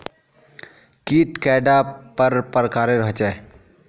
कीट कैडा पर प्रकारेर होचे?